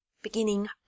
Beginning